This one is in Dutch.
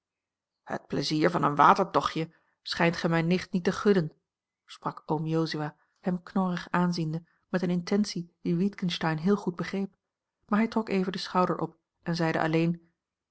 het pleizier van een watertochtje schijnt gij mijne nicht niet te gunnen sprak oom jozua hem knorrig aanziende met eene intentie die witgensteyn heel goed begreep maar hij trok even de schouder op en zeide alleen